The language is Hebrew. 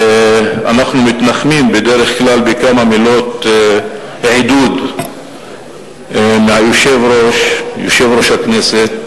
אנחנו מתנחמים בדרך כלל בכמה מילות עידוד מיושב-ראש הכנסת,